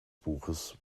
buches